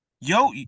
Yo